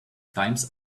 times